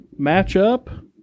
matchup